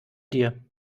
dir